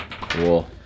Cool